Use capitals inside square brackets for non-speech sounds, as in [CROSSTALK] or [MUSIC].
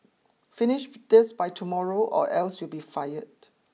finish [UNINTELLIGIBLE] this by tomorrow or else you'll be fired